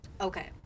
Okay